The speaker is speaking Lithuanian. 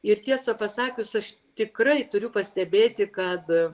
ir tiesą pasakius aš tikrai turiu pastebėti kad